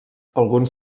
alguns